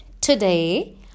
today